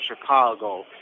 Chicago